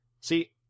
See